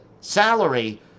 salary